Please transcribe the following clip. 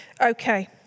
Okay